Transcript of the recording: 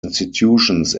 institutions